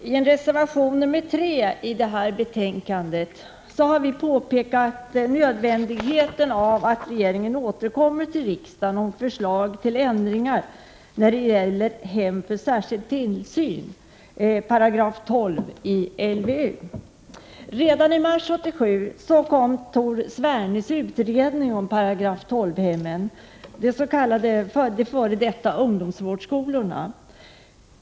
I reservation 3 i socialutskottets betänkande 1 har vi påpekat nödvändigheten av att regeringen återkommer till riksdagen om förslag till ändringar när det gäller hem för särskild tillsyn enligt 12 § i LVU. Redan i mars 1987 kom Tor Svernes utredning om § 12-hemmen, de f.d. ungdomsvårdsskolorna.